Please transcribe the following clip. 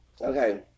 Okay